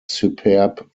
superb